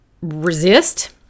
resist